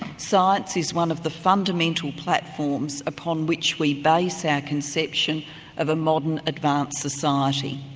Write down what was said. science is one of the fundamental platforms upon which we base our conception of a modern advanced society.